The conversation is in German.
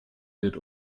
wird